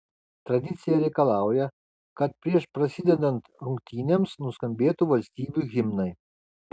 tradicija reikalauja kad prieš prasidedant rungtynėms nuskambėtų valstybių himnai